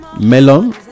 melon